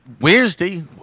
Wednesday